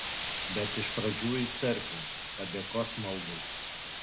bet iš pradžių į cerkvę padėkos maldai